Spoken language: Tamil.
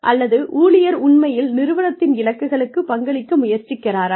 அல்லது ஊழியர் உண்மையில் நிறுவனத்தின் இலக்குகளுக்கு பங்களிக்க முயற்சிக்கிறாரா